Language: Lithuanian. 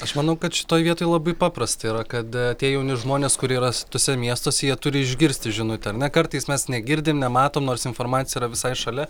aš manau kad šitoj vietoj labai paprasta yra kad tie jauni žmonės kurie yra tuose miestuose jie turi išgirsti žinutę ar ne kartais mes negirdim nematom nors informacija yra visai šalia